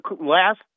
last